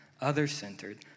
other-centered